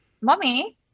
Mommy